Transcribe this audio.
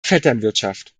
vetternwirtschaft